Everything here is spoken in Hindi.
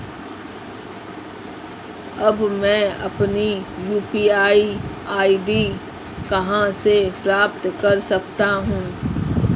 अब मैं अपनी यू.पी.आई आई.डी कहां से प्राप्त कर सकता हूं?